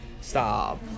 stop